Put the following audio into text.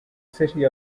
city